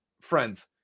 friends